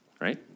right